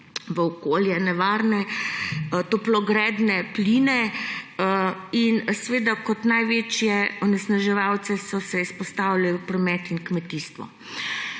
v okolju nevarne toplogredne pline in kot največji onesnaževalce sta se izpostavila promet in kmetijstvo.